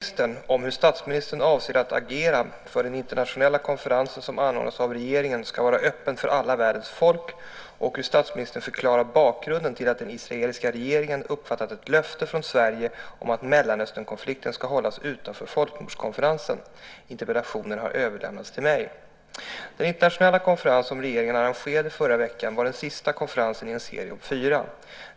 Herr talman! Yvonne Ruwaida har frågat statsministern om hur statsministern avser att agera för att den internationella konferensen som anordnas av regeringen ska vara öppen för alla världens folk och hur statsministern förklarar bakgrunden till att den israeliska regeringen uppfattat ett löfte från Sverige om att Mellanösternkonflikten ska hållas utanför folkmordskonferensen. Interpellationen har överlämnats till mig. Den internationella konferens som regeringen arrangerade i förra veckan var den sista konferensen i en serie om fyra.